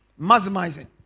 Maximizing